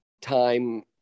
time